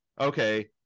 okay